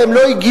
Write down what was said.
והם לא הגיעו,